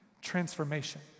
transformation